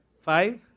Five